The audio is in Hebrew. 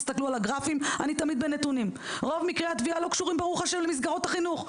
תסתכלו על הגרפים רוב מקרי הטביעה לא קשורים למסגרות החינוך.